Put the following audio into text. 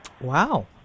wow